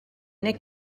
neu